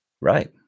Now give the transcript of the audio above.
Right